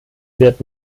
wird